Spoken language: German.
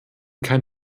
kein